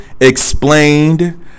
Explained